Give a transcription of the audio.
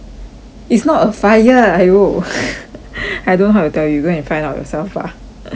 it's not a fire !aiyo! I don't know how to tell you go and find out yourself bah